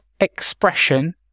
expression